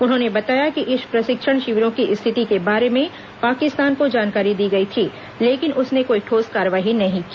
उन्होंने बताया कि इन प्रशिक्षण शिविरों की स्थिति के बारे में पाकिस्तान को जानकारी दी गई थी लेकिन उसने कोई ठोस कार्रवाई नहीं की